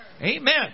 Amen